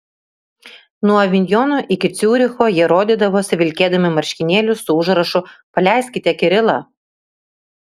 nuo avinjono iki ciuricho jie rodydavosi vilkėdami marškinėlius su užrašu paleiskite kirilą